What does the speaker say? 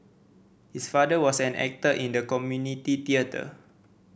his father was an actor in the community theatre